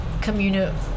community